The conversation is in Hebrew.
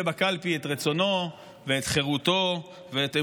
בקלפי את רצונו ואת חירותו ואת אמונו.